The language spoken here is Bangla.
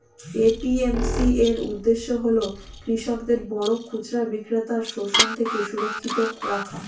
এ.পি.এম.সি এর উদ্দেশ্য হল কৃষকদের বড় খুচরা বিক্রেতার শোষণ থেকে সুরক্ষিত রাখা